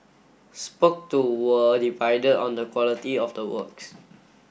spoke to were divided on the quality of the works